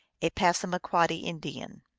a passamaquoddy indian.